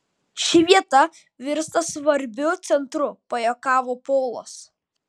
ši vieta virsta svarbiu centru pajuokavo polas